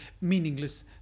meaningless